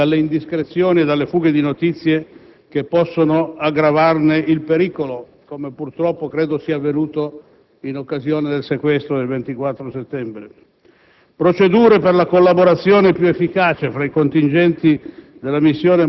procedure concordate per proteggere i sequestrati dalle indiscrezioni e dalle fughe di notizie che possono aggravarne il pericolo - come purtroppo credo sia avvenuto in occasione del sequestro del 24 settembre